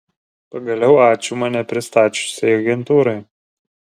pagaliau ačiū mane pristačiusiai agentūrai